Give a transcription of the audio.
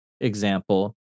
example